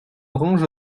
range